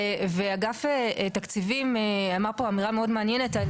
ואגף תקציבים אמר פה אמירה מאוד מעניינת על